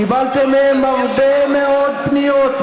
קיבלתם מהם הרבה מאוד פניות,